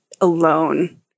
alone